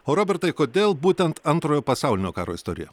o robertai kodėl būtent antrojo pasaulinio karo istorija